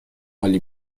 عالی